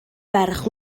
ferch